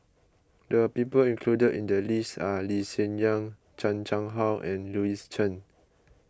the people included in the list are Lee Hsien Yang Chan Chang How and Louis Chen